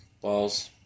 balls